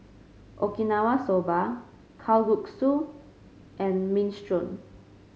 Okinawa Soba Kalguksu and Minestrone